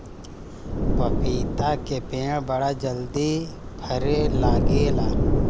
पपीता के पेड़ बड़ा जल्दी फरे लागेला